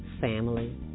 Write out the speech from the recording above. family